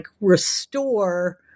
restore